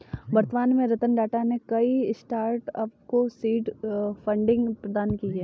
वर्तमान में रतन टाटा ने कई स्टार्टअप को सीड फंडिंग प्रदान की है